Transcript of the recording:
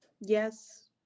yes